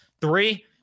Three